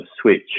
switch